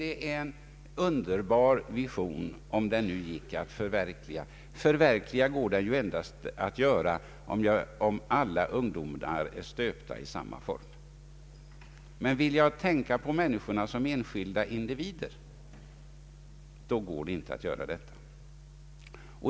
Det är en underbar vision, om den ginge att förverkliga; men den kan ju förverkligas endast om alla ungdomar är stöpta i samma form. Vill jag tänka på människorna som enskilda individer, då går det inte att göra detta.